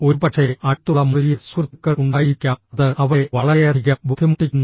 ഒരുപക്ഷേ അടുത്തുള്ള മുറിയിൽ സുഹൃത്തുക്കൾ ഉണ്ടായിരിക്കാം അത് അവളെ വളരെയധികം ബുദ്ധിമുട്ടിക്കുന്നു